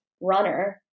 runner